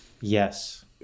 yes